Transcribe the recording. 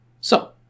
So